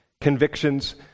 convictions